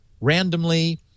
Randomly